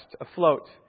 afloat